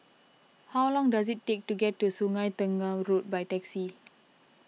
how long does it take to get to Sungei Tengah Road by taxi